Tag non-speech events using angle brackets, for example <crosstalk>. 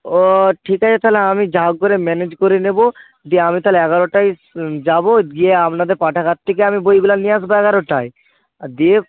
ও ঠিক আছে তাহলে আমি যা হোক করে ম্যানেজ করে নেব দিয়ে আমি তাহলে এগারোটায় <unintelligible> যাব গিয়ে আপনাদের পাঠাগার থেকে আমি বইগুলো নিয়ে আসবো এগারোটায় আর দিয়ে